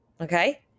okay